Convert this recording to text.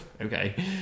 Okay